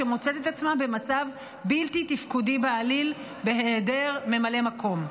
שמוצאת את עצמה במצב בלתי תפקודי בעליל בהיעדר ממלא מקום?